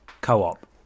Co-op